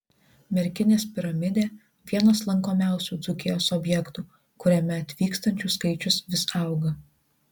merkinės piramidė vienas lankomiausių dzūkijos objektų kuriame atvykstančių skaičius vis auga